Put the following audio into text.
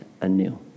anew